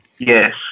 Yes